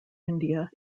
india